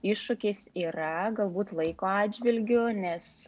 iššūkis yra galbūt laiko atžvilgiu nes